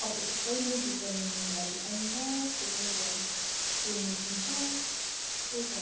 अब त्यो कहिले रिटर्न लिनुको लागि आउँछ त्यो कहिले अब पेमेन्ट हुन्छ त्यही त